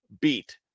beat